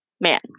Man